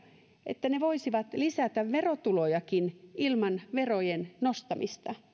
että he voisivat lisätä verotulojakin ilman verojen nostamista